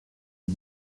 les